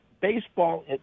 Baseball